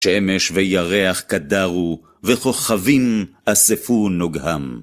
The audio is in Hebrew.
שמש וירח קדרו, וכוכבים אספו נוגהם.